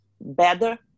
better